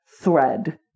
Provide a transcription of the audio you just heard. thread